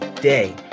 day